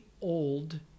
old